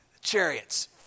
chariots